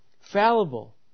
fallible